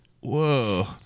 Whoa